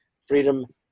freedom